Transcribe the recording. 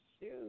Shoot